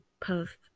post